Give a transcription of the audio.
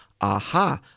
aha